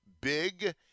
big